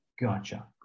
Gotcha